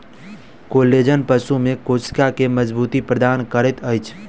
collagen पशु में कोशिका के मज़बूती प्रदान करैत अछि